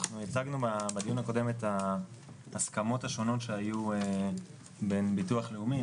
אנחנו הצגנו בדיון הקודם את ההסכמות השונות שהיו בין הביטוח הלאומי,